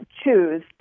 choose